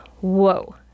whoa